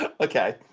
Okay